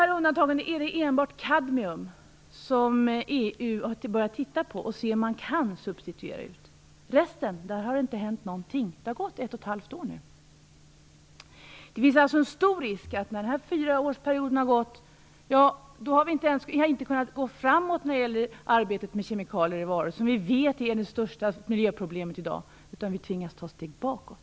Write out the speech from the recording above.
Av undantagen är det enbart kadmium som EU har börjat titta på och se om man kan substituera. När det gäller resten har det inte hänt någonting, och det har nu gått ett och ett halvt år. Det finns en stor risk att vi när den här fyraårsperioden har gått inte har kunnat gå framåt ens med arbetet med kemikalier i varor, som vi vet är det största miljöproblemet i dag, utan att vi har tvingats att ta steg bakåt.